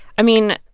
i mean,